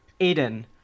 Aiden